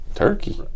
Turkey